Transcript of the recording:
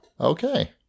Okay